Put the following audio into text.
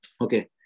Okay